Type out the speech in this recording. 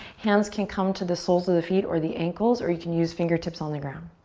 hands can come to the soles of the feet or the ankles or you can use fingertips on the ground.